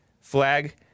flag